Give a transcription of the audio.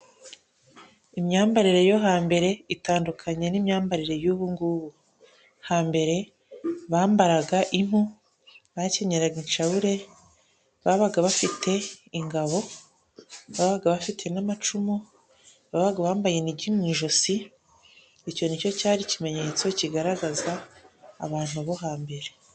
Imyambarire yo hambere itandukanye n'imyambarire y'ubu ngubu. Hambere bambaraga impu, bakenyeraga inshabule, babaga bafite ingabo, babaga bafite n'amacumu, babaga bambaye inigi mu ijosi, icyo ni cyo cyari ikimenyetso kigaragaza abantu bo hambere.